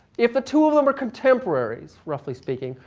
if the two of them are contemporaries, roughly speaking,